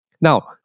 Now